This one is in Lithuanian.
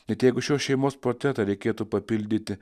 net jeigu šios šeimos protetą reikėtų papildyti